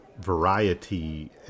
variety